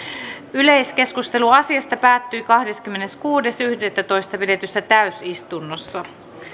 yleiskeskustelu asiasta päättyi kahdeskymmeneskuudes yhdettätoista kaksituhattaviisitoista pidetyssä täysistunnossa